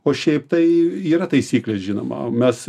o šiaip tai yra taisyklė žinoma mes